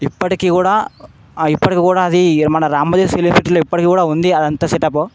ఇప్పటికి కూడా ఇప్పటికి కూడా అది మన రామోజీ ఫిలింసిటీలో ఇప్పటికి కూడా ఉంది అదంత సెటప్పు